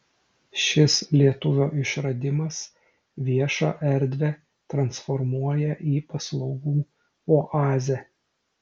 šis lietuvio išradimas viešą erdvę transformuoja į paslaugų oazę